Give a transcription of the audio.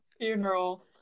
funeral